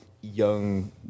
young